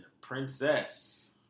princess